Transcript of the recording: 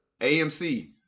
AMC